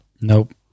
nope